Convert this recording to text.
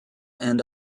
and